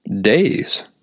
days